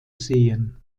sehen